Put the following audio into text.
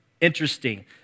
interesting